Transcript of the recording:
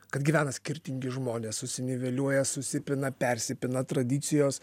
kad gyvena skirtingi žmonės susiniveliuoja susipina persipina tradicijos